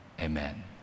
Amen